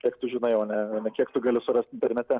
kiek tu žinai o ne ne kiek tu gali surast internete